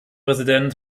präsident